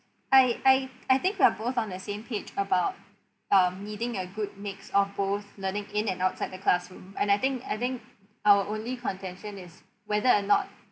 I I I think we are both on the same page about um needing a good mix of both learning in and outside the classroom and I think I think our only contention is whether or not